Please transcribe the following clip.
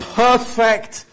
perfect